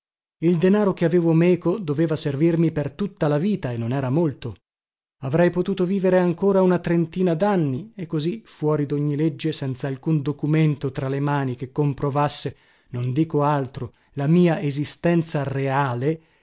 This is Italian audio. il denaro che avevo meco doveva servirmi per tutta la vita e non era molto avrei potuto vivere ancora una trentina danni e così fuori dogni legge senza alcun documento tra le mani che comprovasse non dico altro la mia esistenza reale